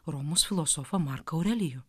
romos filosofą marką aurelijų